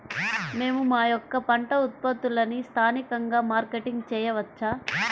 మేము మా యొక్క పంట ఉత్పత్తులని స్థానికంగా మార్కెటింగ్ చేయవచ్చా?